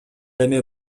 эми